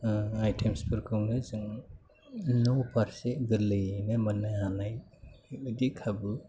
आइटेम्सफोरखौनो जों न' फारसे गोरलैयैनो मोननो हानाय बिदि खाबु